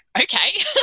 okay